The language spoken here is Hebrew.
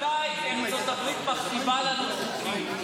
ממתי ארצות הברית מכתיבה לנו חוקים?